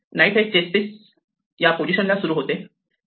night हे chess piece sx sy या position ला सुरू होत आहे